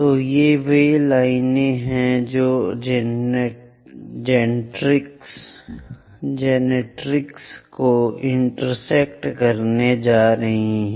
तो ये वे लाइनें हैं जो जेनरेट्रिक्स को इंटरसेक्ट करने जा रही हैं